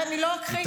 אני לא אכחיש.